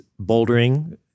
bouldering